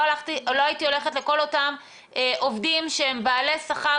הייתי הולכת לכל אותם עובדים לאותם בעלי שכר